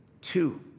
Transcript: Two